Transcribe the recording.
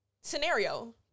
scenario